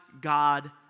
God